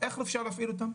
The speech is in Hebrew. איך אפשר להפעיל אותן?